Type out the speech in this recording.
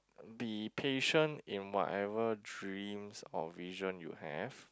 be patient in whatever dreams or vision you have